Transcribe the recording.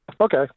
Okay